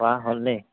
খোৱা হ'ল দেই